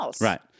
Right